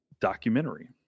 Documentary